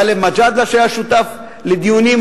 גאלב מג'אדלה שהיה שותף לדיונים,